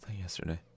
Yesterday